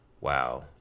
wow